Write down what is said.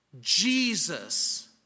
Jesus